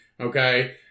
okay